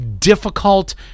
difficult